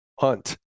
hunt